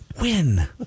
Win